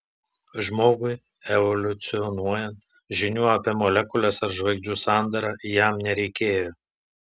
žmogui evoliucionuojant žinių apie molekules ar žvaigždžių sandarą jam nereikėjo